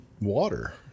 water